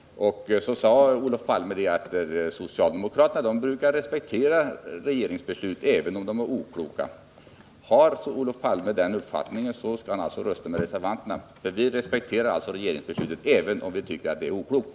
Olof Palme sade att socialdemokraterna brukar respektera regeringsbeslut, även om dessa är okloka. Har Olof Palme den uppfattningen skall han rösta med oss reservanter, för vi respekterar alltså regeringsbeslutet, även om vi tycker att det är oklokt.